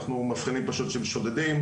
אנחנו מבחינים פשוט שהם שודדים,